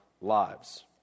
lives